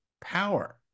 power